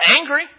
angry